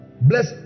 Bless